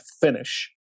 finish